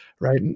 right